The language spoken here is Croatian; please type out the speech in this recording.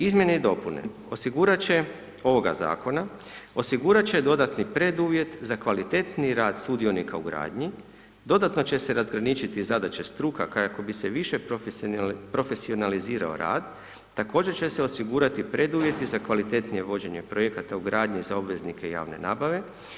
Izmjene i dopune ovoga Zakona osigurati će dodatni preduvjet za kvalitetni rad sudionika u gradnji, dodatno će se razgraničiti zadaće struka, kako bi se više profesionalizirao rad, također će se osigurati preduvjeti za kvalitetnije vođenje projekata u gradnji za obveznike javne nabave.